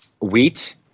Wheat